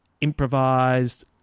improvised